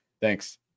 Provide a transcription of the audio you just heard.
Thanks